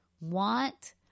want